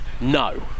no